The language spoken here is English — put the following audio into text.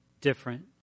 different